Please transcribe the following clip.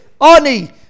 Ani